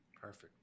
Perfect